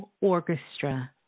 orchestra